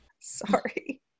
Sorry